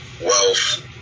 wealth